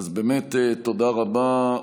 תודה רבה.